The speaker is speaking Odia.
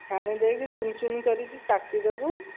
ଛାଣି ଦେଇକି ଚୁନି ଚୁନି କରିକି କାଟିଦେବୁ